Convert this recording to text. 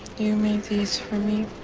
you made these for me?